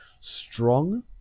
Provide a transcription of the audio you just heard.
strong